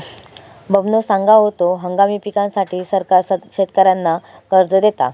बबनो सांगा होतो, हंगामी पिकांसाठी सरकार शेतकऱ्यांना कर्ज देता